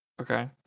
Okay